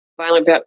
violent